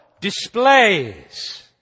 displays